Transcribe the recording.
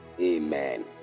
Amen